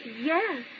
yes